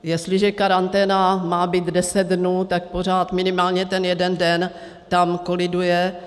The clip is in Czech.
Jestliže karanténa má být deset dnů, tak pořád minimálně jeden den tam koliduje.